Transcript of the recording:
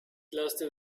lasted